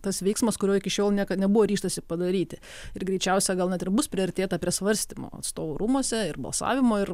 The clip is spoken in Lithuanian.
tas veiksmas kurio iki šiol niekad nebuvo ryžtasi padaryti ir greičiausia gal net ir bus priartėta prie svarstymo atstovų rūmuose ir balsavimo ir